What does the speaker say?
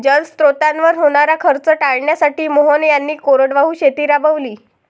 जलस्रोतांवर होणारा खर्च टाळण्यासाठी मोहन यांनी कोरडवाहू शेती राबवली